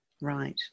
Right